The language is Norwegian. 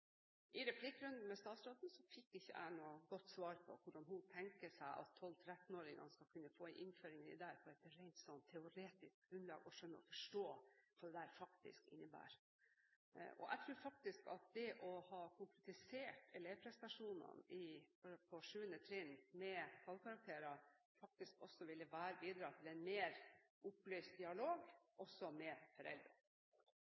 I replikkrunden med statsråden fikk jeg ikke noe godt svar på hvordan hun tenker seg at 12–13-åringene skal få en innføring av dette på et rent teoretisk grunnlag, for å skjønne og forstå hva dette faktisk innebærer. Jeg tror at det å ha konkretisert elevprestasjonene på 7. trinn med tallkarakterer ville bidra til en mer opplyst dialog